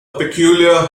peculiar